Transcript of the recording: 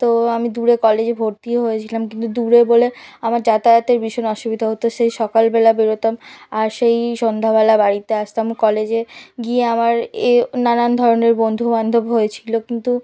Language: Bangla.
তো আমি দূরে কলেজে ভর্তিও হয়েছিলাম কিন্তু দূরে বলে আমার যাতায়াতের ভীষণ অসুবিধা হতো সেই সকালবেলা বেরতাম আর সেই সন্ধ্যাবেলা বাড়িতে আসতাম কলেজে গিয়ে আমার এ নানান ধরনের বন্ধু বান্ধব হয়েছিলো কিন্তু